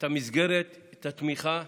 את המסגרת, את התמיכה.